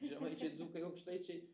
žemaičiai dzūkai aukštaičiai